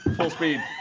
full speed.